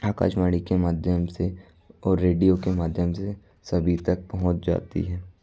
आकाशवाणी के माध्यम से और रेडियो के माध्यम से सभी तक पहुँच जाती है